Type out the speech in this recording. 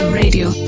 radio